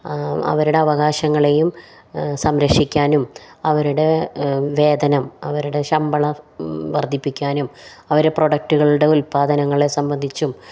അവരുടെ അവകാശങ്ങളെയും സംരക്ഷിക്കാനും അവരുടെ വേതനം അവരുടെ ശമ്പളം വർദ്ധിപ്പിക്കാനും അവരെ പ്രൊഡക്റ്റുകളുടെ ഉൽപാദനങ്ങളെ സംബന്ധിച്ചും